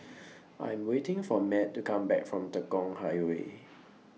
I Am waiting For Mat to Come Back from Tekong Highway